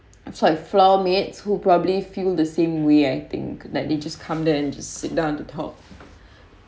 it's like floor mates who probably feel the same way I think like they just come there and sit down to talk